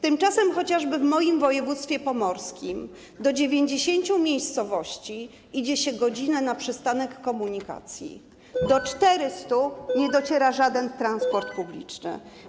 Tymczasem chociażby w moim województwie pomorskim w 90 miejscowościach idzie się godzinę na przystanek komunikacji, do 400 nie dociera żaden transport publiczny.